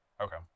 Okay